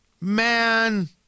Man